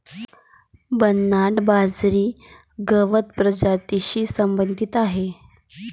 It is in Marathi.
बर्नार्ड बाजरी गवत प्रजातीशी संबंधित आहे